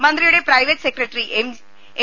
മന്ത്രിയുടെ private secretary M